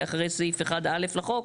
אחרי סעיף 1(א) לחוק,